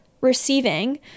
receiving